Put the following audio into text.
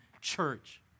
church